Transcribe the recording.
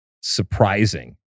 surprising